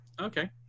Okay